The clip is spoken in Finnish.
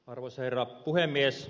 arvoisa herra puhemies